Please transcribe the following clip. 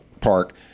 park